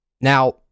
Now